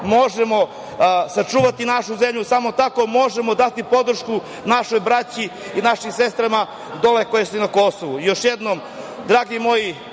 možemo sačuvati našu zemlju, samo tako možemo dati podršku našoj braći i našim sestrama dole koji su na Kosovu. Još jednom, dragi moji